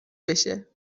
بشه